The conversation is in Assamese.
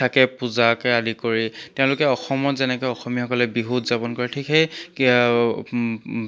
থাকে পূজাকে আদি কৰি তেওঁলোকে অসমত যেনেকৈ অসমীয়াসকলে বিহু উদযাপন কৰে ঠিক সেই